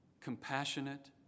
compassionate